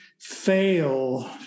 fail